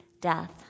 death